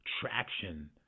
traction